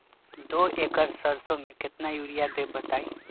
दो एकड़ सरसो म केतना यूरिया देब बताई?